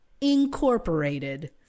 Incorporated